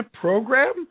program